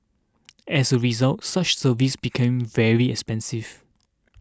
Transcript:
as a result such services become very expensive